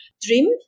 dream